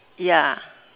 ya